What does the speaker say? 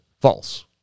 false